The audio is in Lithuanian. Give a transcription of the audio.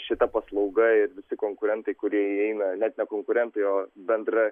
šita paslauga ir visi konkurentai kurie įeina net ne konkurentai o bendra